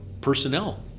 personnel